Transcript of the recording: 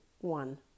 one